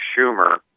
Schumer